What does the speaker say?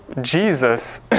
Jesus